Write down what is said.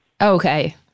Okay